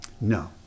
no